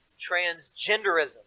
transgenderism